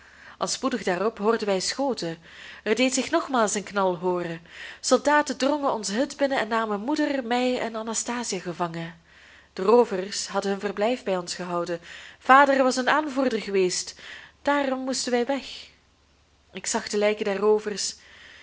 al spoedig daarop hoorden wij schoten er deed zich nogmaals een knal hooren soldaten drongen onze hut binnen en namen moeder mij en anastasia gevangen de roovers hadden hun verblijf bij ons gehouden vader was hun aanvoerder geweest daarom moesten wij weg ik zag de lijken der roovers